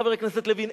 חבר הכנסת לוין.